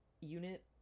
unit